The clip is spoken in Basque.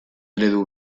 eredu